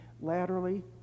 laterally